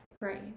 Right